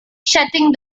shutting